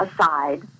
aside